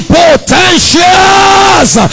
potentials